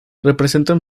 representan